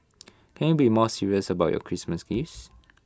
can you be more serious about your Christmas gifts